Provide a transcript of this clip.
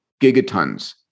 gigatons